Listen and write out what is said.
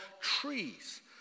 trees